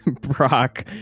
brock